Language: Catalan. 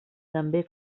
també